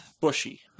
Bushy